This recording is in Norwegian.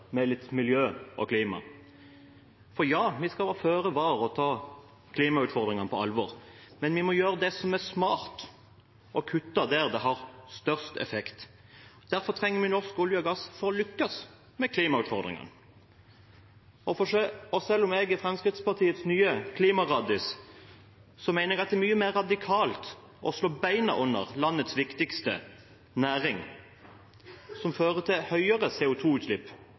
om miljø og klima, for vi skal være føre var og ta klimautfordringene på alvor, men vi må gjøre det som er smart, og kutte der det har størst effekt. Derfor trenger vi norsk olje og gass for å lykkes med klimautfordringen. Selv om jeg er Fremskrittspartiets nye «klimaraddis», mener jeg det er mye mer radikalt å slå beina under Norges viktigste næring – som hadde ført til høyere